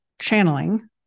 channeling